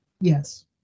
yes